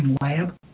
lab